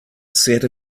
santa